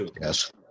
yes